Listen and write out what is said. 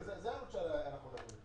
זו הממשלה ועליה אנחנו מדברים.